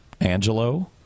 Angelo